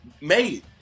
made